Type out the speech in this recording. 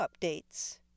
updates